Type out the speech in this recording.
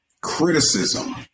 criticism